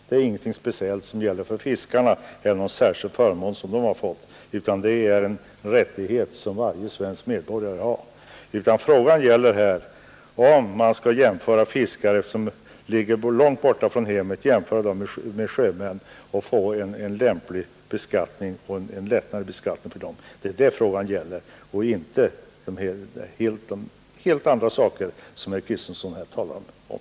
Det är inget speciellt som gäller för fiskarna eller någon särskild förmån som de har fått, utan det är en rättighet som varje svensk medborgare har. Nej, frågan gäller om man skall jämföra fiskare som ligger långt borta från hemmet med sjömän och få en lättnad i beskattningen för dem, och den gäller inte de helt andra saker som herr Kristenson här talade om.